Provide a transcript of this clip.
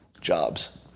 jobs